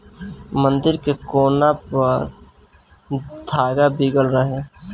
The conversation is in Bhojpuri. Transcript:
मंदिर के कोना पर धागा बीगल रहे